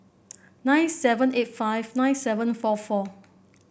nine seven eight five nine seven eight four four